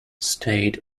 stayed